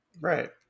Right